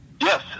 Yes